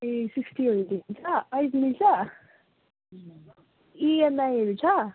ए सिक्स्टीहरूदेखि छ अलिक मिल्छ इएमआईहरू छ